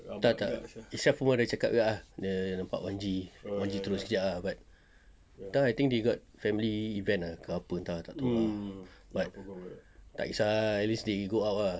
tak tak isyad pun ada cakap juga the part wan G wan G turun sekejap ah but entah I think they got family event ah ke apa entah tak tahu ah but tak kesah ah at least they go out ah